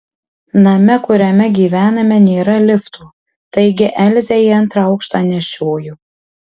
name kuriame gyvename nėra lifto taigi elzę į antrą aukštą nešioju